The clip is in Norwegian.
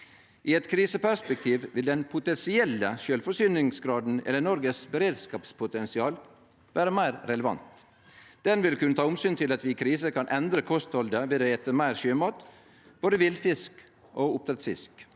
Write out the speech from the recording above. I eit kriseperspektiv vil den potensielle sjølvforsyningsgraden, eller Noregs beredskapspotensial, vere meir relevant. Han vil kunne ta omsyn til at vi i kriser kan endre kosthaldet ved å ete meir sjømat, både villfisk og oppdrettsfisk.